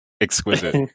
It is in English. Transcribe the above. exquisite